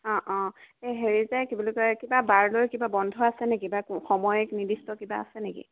হেৰি যে কি বুলি কয় কিবা বাৰ লৈ কিবা বন্ধ আছে নেকি কিবা সময় নিৰ্দিষ্ট কিবা আছে নেকি